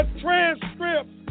transcripts